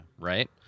right